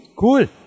Cool